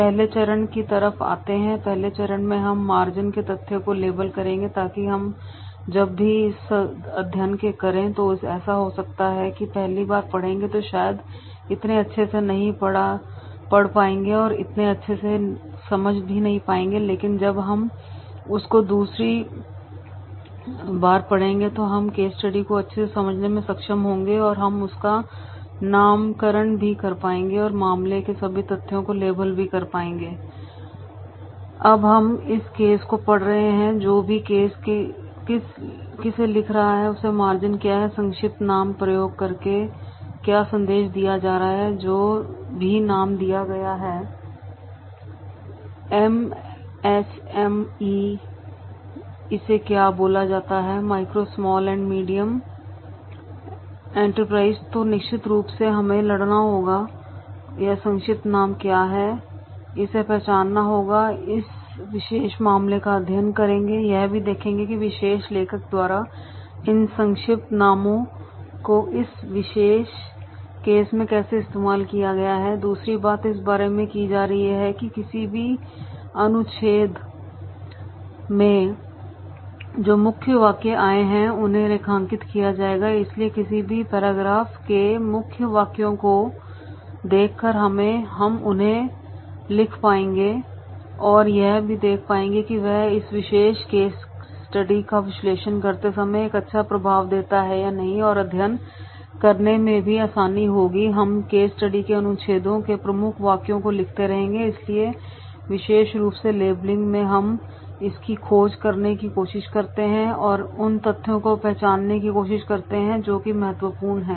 पहले चरण की तरफ आतें हैं पहले चरण में हम मार्जिन के तथ्य को लेबल करेंगे ताकि जब भी हम इसका अध्ययन करें तो ऐसा हो सकता है पहली बार पढ़ेगे तो शायद इतने अच्छे से नहीं पढ़ पाएंगे और इतने अच्छे से समझ भी नहीं पाएंगे लेकिन जब हम उसको दूसरी बार पढ़ेगे तब हम केस स्टडी को अच्छे से समझने में सक्षम होंगे और हम उसका नामकरण भी कर पाएंगे और मामले के सभी तथ्यों को लेबल भी कर पाएंगे अब हम इस केस को पढ़ रहे हैं और जो भी है किस लिख रहा है उसका मार्जिन क्या है संक्षिप्त नाम का प्रयोग करके क्या संदेश दिया जा रहा है जो भी नाम दिया गया है जैसे एम एस एम ई इसे क्या बोला जाता है micro small and medium enterprises तो निश्चित रूप से हमें लड़ना होगा यह संक्षिप्त नाम क्या है इसे पहचानना होगा हम इस विशेष मामले का अध्ययन करेंगे और यह भी देखेंगे कि विशेष लेखक द्वारा इन संक्षिप्त नामों को इस विशेष केस में कैसे इस्तेमाल किया गया है दूसरी बात इस बारे में की जा रही है किसी भी अनुच्छेद में जो मुख्य वाक्य आए है उनको रेखांकित किया जाएगा इसलिए किसी भी पैराग्राफ के मुख्य वाक्यों को देखकर हम उन्हें लिख भी पाएंगे और यह भी देख पाएंगे कि वह इस विशेष केस स्टडी का विश्लेषण करते समय एक अच्छा प्रभाव देता है या नहीं और अध्ययन करने में भी आसानी होगी हम केस स्टडी के अनुच्छेदों के प्रमुख वाक्यों को लिखते रहेंगे इसलिए विशेष रूप से लेबलिंग में हम इसकी खोज करने की कोशिश करते हैं और उन तथ्यों को पहचानने की कोशिश करते हैं जो कि महत्वपूर्ण है